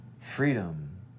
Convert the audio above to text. freedom